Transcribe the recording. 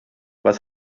was